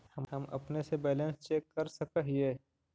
हम अपने से बैलेंस चेक कर सक हिए?